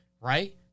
right